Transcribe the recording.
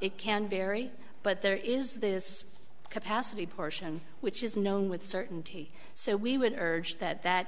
it can vary but there is this capacity portion which is known with certainty so we would urge that that